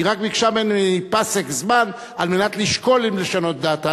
היא רק ביקשה ממני פסק זמן על מנת לשקול אם לשנות את דעתה.